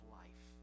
life